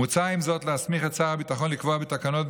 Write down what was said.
מוצע עם זאת להסמיך את שר הביטחון לקבוע בתקנות,